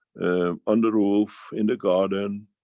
on the roof, in the garden,